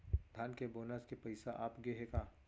धान के बोनस के पइसा आप गे हे का?